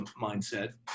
mindset